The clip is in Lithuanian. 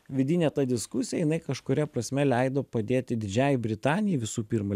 vidinė ta diskusija jinai kažkuria prasme leido padėti didžiajai britanijai visų pirma